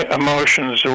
emotions